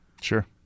Sure